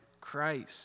Christ